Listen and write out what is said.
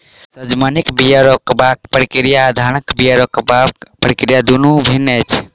सजमनिक बीया रोपबाक प्रक्रिया आ धानक बीया रोपबाक प्रक्रिया दुनु भिन्न अछि